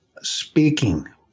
speaking